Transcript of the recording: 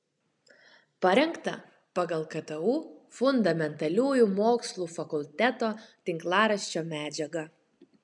parengta pagal ktu fundamentaliųjų mokslų fakulteto tinklaraščio medžiagą